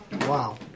wow